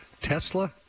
Tesla